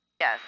Yes